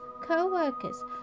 co-workers